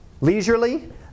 leisurely